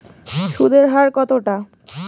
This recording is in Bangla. সুদের হার কতটা?